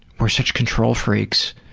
we're such control freaks,